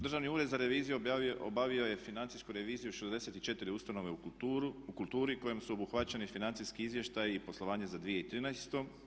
Državni ured za reviziju obavio je financijsku reviziju 64 ustanove u kulturi kojim su obuhvaćeni i financijski izvještaji i poslovanje za 2013.